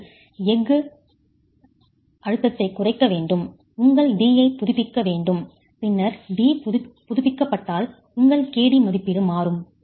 நீங்கள் எஃகு அழுத்தத்தைக் குறைக்க வேண்டும் உங்கள் d'ஐப் புதுப்பிக்க வேண்டும் பின்னர் d' புதுப்பிக்கப்பட்டால் உங்கள் kd மதிப்பீடு மாறும்